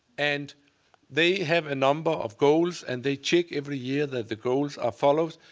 and they have a number of goals, and they check every year that the goals are followed.